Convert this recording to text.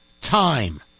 time